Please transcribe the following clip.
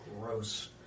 gross